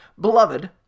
beloved